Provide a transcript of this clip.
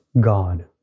God